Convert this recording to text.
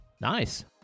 Nice